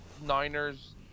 Niners